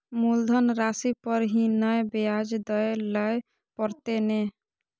मुलधन राशि पर ही नै ब्याज दै लै परतें ने?